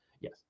Yes